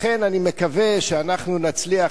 לכן אני מקווה שאנחנו נצליח,